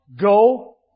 go